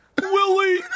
Willie